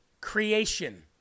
Creation